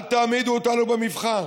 אל תעמידו אותנו במבחן,